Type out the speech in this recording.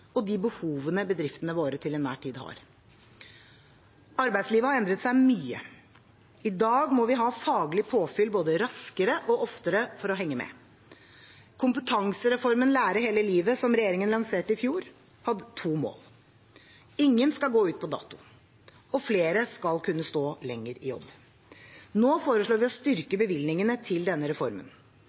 og de behovene bedriftene våre til enhver tid har. Arbeidslivet har endret seg mye. I dag må vi ha faglig påfyll både raskere og oftere for å henge med. Kompetansereformen Lære hele livet, som regjeringen lanserte i fjor, har to mål: Ingen skal gå ut på dato, og flere skal kunne stå lenger i jobb. Nå foreslår vi å styrke bevilgningene til denne reformen.